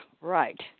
Right